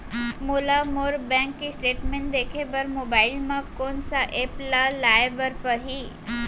मोला मोर bank statement देखे बर मोबाइल मा कोन सा एप ला लाए बर परही?